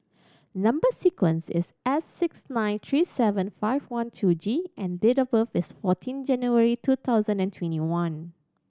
number sequence is S six nine three seven five one two G and date of birth is fourteen January two thousand and twenty one